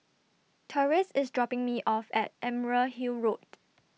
Torrance IS dropping Me off At Emerald Hill Road